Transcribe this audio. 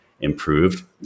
Improved